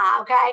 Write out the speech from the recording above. okay